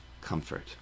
comfort